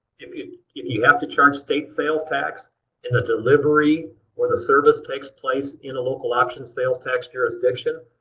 if you you have to charge state sales tax and the delivery or the service takes place in a local option sales tax jurisdiction,